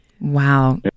Wow